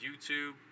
YouTube